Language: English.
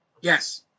Yes